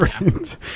Right